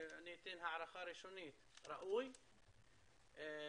אני אתן הערכה ראשונית, ראוי, נכון.